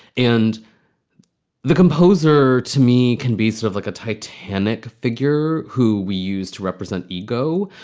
and the composer, to me, can be sort of like a titanic figure who we use to represent ego.